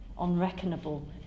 unreckonable